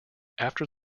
after